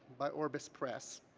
by orbis press.